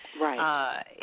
Right